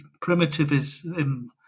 primitivism